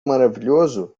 maravilhoso